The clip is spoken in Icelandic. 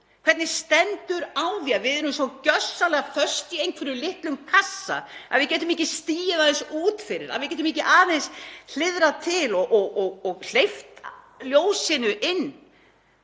Hvernig stendur á því að við erum svo gjörsamlega föst í einhverjum litlum kassa að við getum ekki stigið aðeins út fyrir, að við getum ekki aðeins hliðrað til og hleypt ljósinu inn